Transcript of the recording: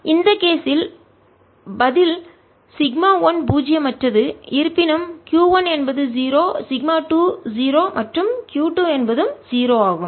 எனவே இந்த கேஸில் பதில் σ 1 பூஜ்ஜியமற்றது இருப்பினும் Q 1 என்பது 0 σ 2 என்பது 0 மற்றும் Q 2 என்பதும் 0 ஆகும்